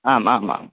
आम् आम् आम्